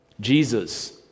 Jesus